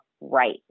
right